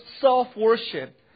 self-worship